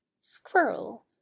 Squirrel